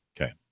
Okay